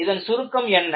இதன் சுருக்கம் என்ன